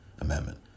Amendment